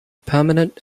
permanent